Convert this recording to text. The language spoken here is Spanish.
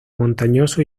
montañoso